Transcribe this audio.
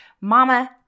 mama